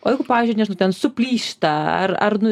o jeigu pavyzdžiui nežinau ten suplyšta ar ar